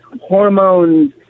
hormones